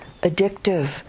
addictive